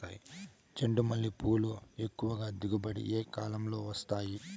చెండుమల్లి పూలు ఎక్కువగా దిగుబడి ఏ కాలంలో వస్తాయి